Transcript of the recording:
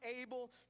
able